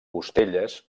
costelles